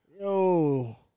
Yo